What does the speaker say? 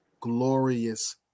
glorious